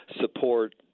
support